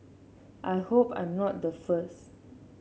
I hope I'm not the first